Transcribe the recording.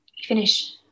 finish